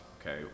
okay